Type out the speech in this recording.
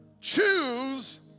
choose